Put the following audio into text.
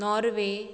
Norway